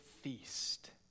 feast